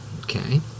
okay